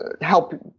help